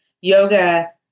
yoga